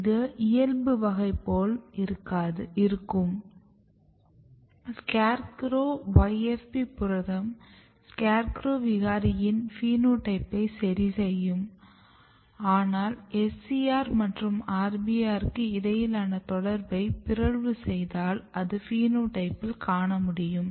இது இயல்பு வகைப்போல் இருக்கும் SCARE CROWYFP புரதம் SCARE CROW விகாரியின் பினோடைப்பை சரிசெய்யும் ஆனால் SCR மற்றும் RBR க்கு இடையிலான தொடர்பை பிறழ்வு செய்தால் அதை பினோடைப்பில் காணமுடியும்